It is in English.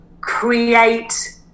create